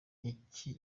iki